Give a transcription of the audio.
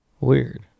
Weird